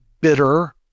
bitter